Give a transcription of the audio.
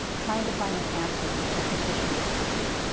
trying to find an answer to the petitioner's question.